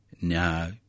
No